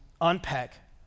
unpack